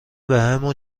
بهمون